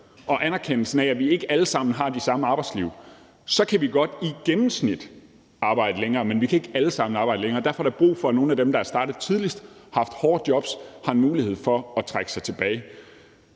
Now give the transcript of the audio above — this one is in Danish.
og anerkendelsen af, at vi ikke alle sammen har de samme arbejdsliv, i gennemsnit godt arbejde længere, men vi kan ikke alle sammen arbejde længere, og derfor er der brug for, at nogle af dem, der er startet tidligt og haft hårde jobs, har en mulighed for at trække sig tilbage.